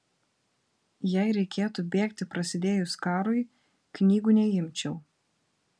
jei reikėtų bėgti prasidėjus karui knygų neimčiau